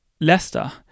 Leicester